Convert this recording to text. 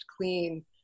clean